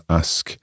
ask